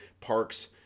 parks